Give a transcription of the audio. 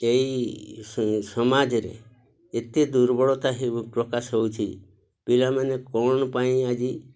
ଏଇ ସମାଜରେ ଏତେ ଦୁର୍ବଳତା ପ୍ରକାଶ ହଉଛି ପିଲାମାନେ କ'ଣ ପାଇଁ ଆଜି